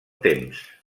temps